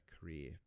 career